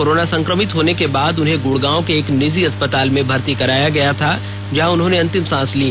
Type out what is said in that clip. corona संक्रमित होने के बाद उन्हें गुड़गांव के एक निजी अस्पताल में भर्ती कराया गया था जहां उन्होंने अंतिम सांस ली